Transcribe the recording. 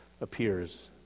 appears